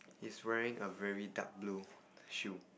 he's wearing a very dark blue shoe